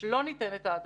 לא ניתנת העדפה.